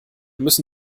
müssen